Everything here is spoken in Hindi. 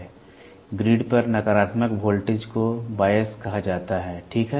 ग्रिड पर नकारात्मक वोल्टेज को बायस कहा जाता है ठीक है